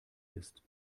ist